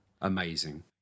amazing